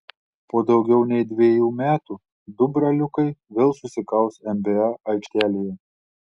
po daugiau nei dviejų metų du braliukai vėl susikaus nba aikštelėje